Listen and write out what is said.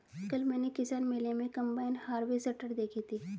कल मैंने किसान मेले में कम्बाइन हार्वेसटर देखी थी